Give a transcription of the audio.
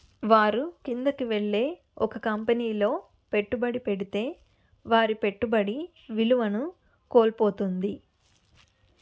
వారు కిందకి వెళ్ళే ఒక కంపెనీలో పెట్టుబడి పెడితే వారి పెట్టుబడి విలువను కోల్పోతుంది